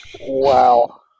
Wow